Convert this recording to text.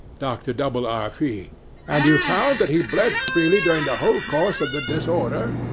dr. w. r. fee and you found that he bled freely during the whole course of the disorder?